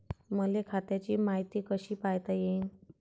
मले खात्याची मायती कशी पायता येईन?